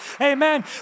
amen